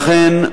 לכן,